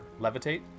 levitate